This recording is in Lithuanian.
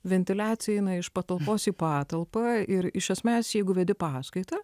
ventiliacija eina iš patalpos į patalpą ir iš esmės jeigu vedi paskaitą